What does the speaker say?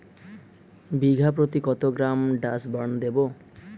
বিঘাপ্রতি কত gram Dursban দেবো?